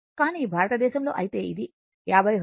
కానీ భారతదేశంలో అయితే ఇది 50 హెర్ట్జ్